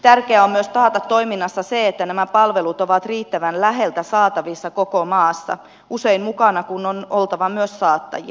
tärkeää on myös taata toiminnassa se että nämä palvelut ovat riittävän läheltä saatavissa koko maassa usein mukana kun on oltava myös saattajia